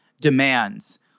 demands